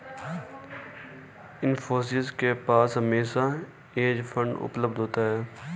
इन्फोसिस के पास हमेशा हेज फंड उपलब्ध होता है